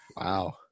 Wow